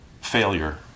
failure